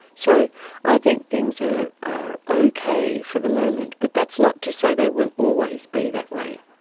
so i think things are are okay for the moment, but that's not to say they will always be that way.